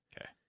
Okay